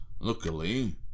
Luckily